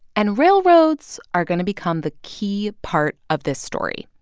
and railroads are going to become the key part of this story.